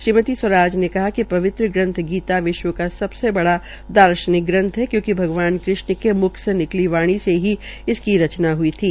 श्रीमती स्वराज ने कहा कि पवित्र ग्रंथ गीता विश्व का सबसे बड़ा दार्शनिक ग्रंथ है क्योंकि भगवान कृष्ण के म्ख् से निकली वाणी से ही इसकी सूचना हई थी